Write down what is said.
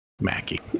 Mackie